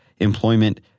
employment